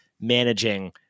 managing